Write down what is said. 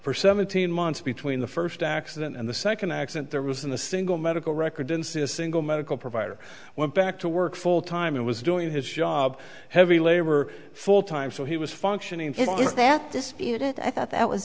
for seventeen months between the first accident and the second accident there was in the single medical record insist single medical provider went back to work full time and was doing his job heavy labor full time so he was functioning at this i thought that was